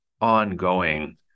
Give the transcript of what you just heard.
ongoing